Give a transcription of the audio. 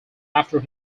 after